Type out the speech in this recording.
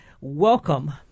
Welcome